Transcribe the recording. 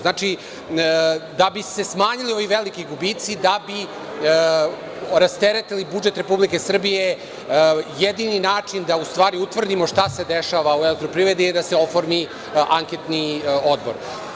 Znači, da bi se smanjili ovi veliki gubici, da bi rasteretili budžet Republike Srbije jedini način da u stvari utvrdimo šta se dešava u „Elektroprivredi“ je da se oformi anketni odbor.